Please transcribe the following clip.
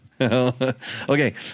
Okay